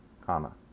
comma